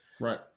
right